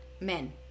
men